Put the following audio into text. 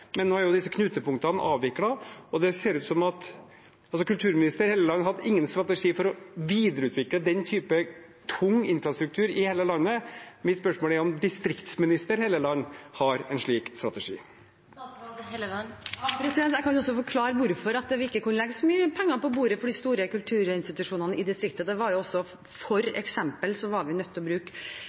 Men nå er disse knutepunktene avviklet. Kulturminister Hofstad Helleland hadde ingen strategi for å videreutvikle den type tung infrastruktur i hele landet. Mitt spørsmål er om distriktsminister Hofstad Helleland har en slik strategi. Jeg kan også forklare hvorfor vi ikke kunne legge så mye penger på bordet for de store kulturinstitusjonene i distriktet. For eksempel var vi nødt til å bruke store summer på Arkivverket, som ikke var så godt ivaretatt av tidligere kulturministre. Det var en del infrastruktur, også Nasjonalbiblioteket, som vi var nødt til